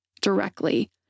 directly